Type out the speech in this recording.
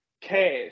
Cash